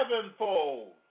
Sevenfold